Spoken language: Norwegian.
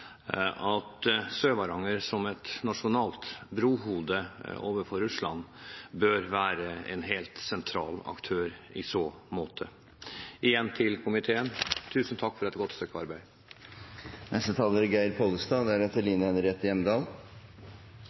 at Sør-Varanger som et nasjonalt brohode overfor Russland bør være en helt sentral aktør i så måte. Igjen til komiteen: Tusen takk for et godt stykke arbeid.